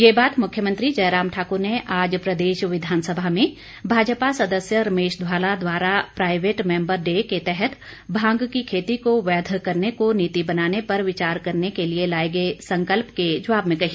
यह बात मुख्यमंत्री जयराम ठाकर ने आज प्रदेश विधानसभा में भाजपा सदस्य रमेश धवाला द्वारा प्राइवेट मेंबर डे के तहत भांग की खेती को वैध करने को नीति बनाने पर विचार करने के लिए लाए गए संकल्प के जवाब में कही